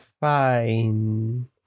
fine